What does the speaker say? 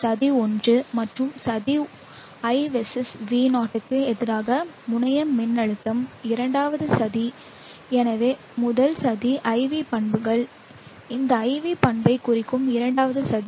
சதி ஒன்று முதல் சதி I verses V0 க்கு எதிராக முனைய மின்னழுத்தம் இரண்டாவது சதி எனவே முதல் சதி IV பண்புகள் இந்த IV பண்பைக் குறிக்கும் இரண்டாவது சதி